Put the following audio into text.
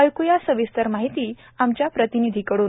ऐक्या सविस्तर माहिती आमच्या प्रतींनिधिकडून